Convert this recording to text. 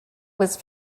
was